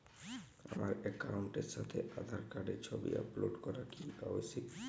আমার অ্যাকাউন্টের সাথে আধার কার্ডের ছবি আপলোড করা কি আবশ্যিক?